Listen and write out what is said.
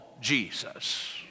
Jesus